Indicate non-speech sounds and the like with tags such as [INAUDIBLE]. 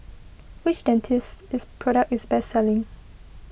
which Dentiste [UNINTELLIGIBLE] product is best selling